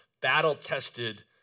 battle-tested